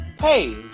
hey